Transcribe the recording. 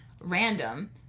random